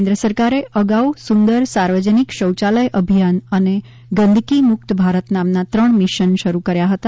કેન્દ્ર સરકારે અગાઉ સુંદર સાર્વજનિક શૌચાલય અભિયાન અને ગંદકી મુક્ત ભારત નામના ત્રણ મિશન શરૂ કર્યા હતા